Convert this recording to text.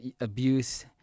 abuse